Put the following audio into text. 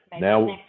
now